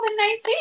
COVID-19